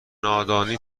نادانی